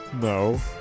no